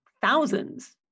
thousands